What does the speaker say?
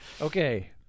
Okay